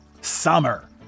summer